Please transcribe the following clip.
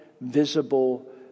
Visible